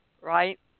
right